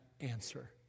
answer